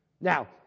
Now